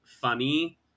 funny